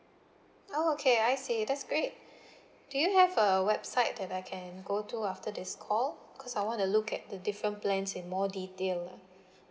oh okay I see that's great do you have a website that I can go to after this call because I wanna look at the different plans in more detailed lah